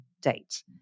date